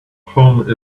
home